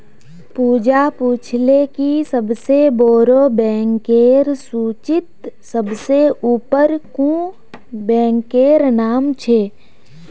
पूजा पूछले कि सबसे बोड़ो बैंकेर सूचीत सबसे ऊपर कुं बैंकेर नाम छे